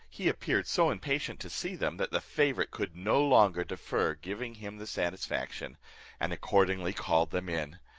he appeared so impatient to see them, that the favourite could no longer defer giving him the satisfaction and accordingly called them in.